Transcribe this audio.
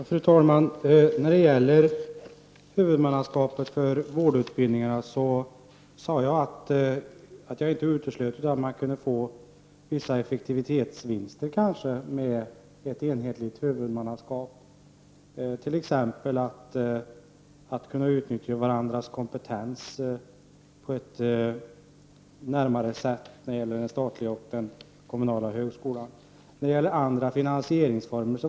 Fru talman! När det gäller ett enhetligt huvudmannaskap för vårdutbildningarna sade jag att jag inte uteslöt att man med ett sådant kunde ge vissa effektivitetsvinster. Den statliga och den kommunala högskolan skulle t.ex. kunna utnyttja varandras kompetens genom ett närmare samarbete. Jag uteslöt inte heller att en utredning skulle kunna komma fram till andra finansieringsformer.